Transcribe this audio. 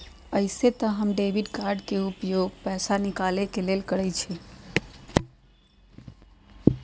अइसे तऽ हम डेबिट कार्ड के उपयोग पैसा निकाले के लेल करइछि